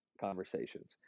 conversations